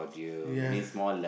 yes